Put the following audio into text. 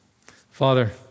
Father